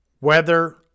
Weather